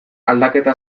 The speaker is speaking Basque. aldaketa